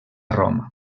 roma